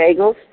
bagels